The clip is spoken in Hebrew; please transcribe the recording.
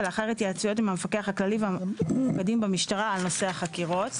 ולאחר התייעצות עם המפקח הכללי והמופקדים במשטרה על נושא החקירות.